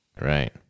Right